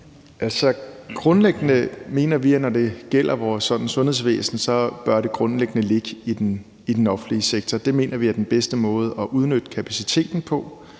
(EL): Vi mener, at når det gælder vores sundhedsvæsen, bør det grundlæggende ligge i den offentlige sektor. Det mener vi er den bedste måde at udnytte kapaciteten på,